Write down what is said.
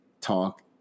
talk